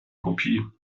kopie